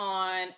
on